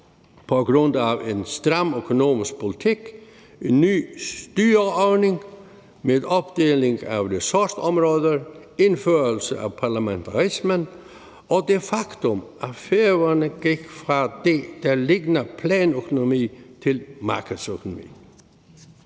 på grund af en stram økonomisk politik, en ny styreordning med opdeling af ressortområder, indførelse af parlamentarismen og det faktum, at Færøerne gik fra det, der ligner planøkonomi, til markedsøkonomi.